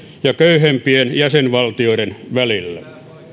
ja köyhempien jäsenvaltioiden välillä